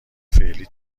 فعلی